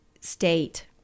state